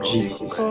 Jesus